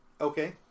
Okay